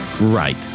right